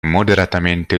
moderatamente